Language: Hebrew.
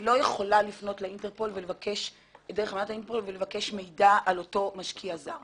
אני לא יכולה לפנות לאינטרפול ולבקש מידע על אותו משקיע זר.